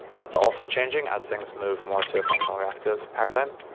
that's also changing as things move more to a functional reactive paradigm.